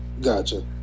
Gotcha